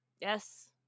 Yes